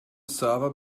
server